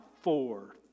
four